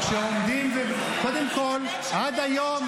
--- לבן של בנט שלחו --- כן,